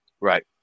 right